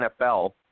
NFL